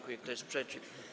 Kto jest przeciw?